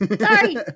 Sorry